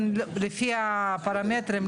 לפי הפרמטרים,